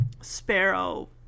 Sparrow